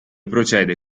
procede